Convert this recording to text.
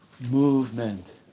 Movement